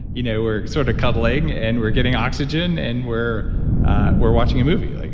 you know we're sort of cuddling. and we're getting oxygen. and we're we're watching a movie. like